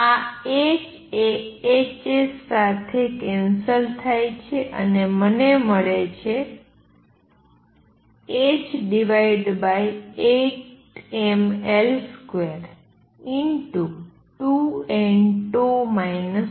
આ h એ hs સાથે કેન્સલ થાય છે અને મને મળે છે h8mL22nτ 2